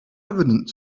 evident